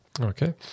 Okay